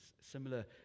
similar